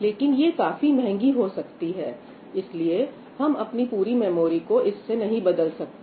लेकिन ये काफी महंगी हो सकती है इसलिए हम अपनी पूरी मेमोरी को इससे नहीं बदल सकते